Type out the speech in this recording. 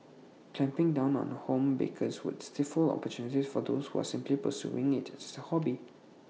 clamping down on home bakers would stifle opportunities for those who are simply pursuing IT A hobby